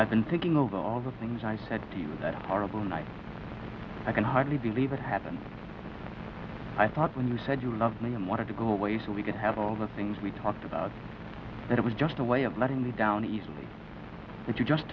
i've been thinking over all the things i said to you that are of the night i can hardly believe it happened i thought when you said you loved me and wanted to go away so we could have all the things we talked about that it was just a way of letting me down easily that you just